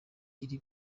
iri